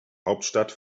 hauptstadt